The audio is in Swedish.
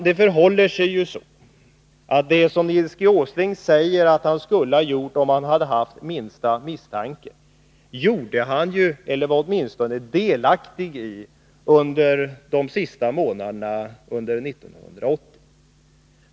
Det förhåller sig till slut så, att det som Nils G. Åsling säger att han skulle ha gjort om han hade haft minsta misstanke var han ändå delaktig i under de sista månaderna av 1980.